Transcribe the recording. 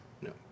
No